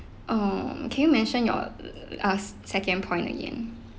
um can you mention your uh ~ s second point again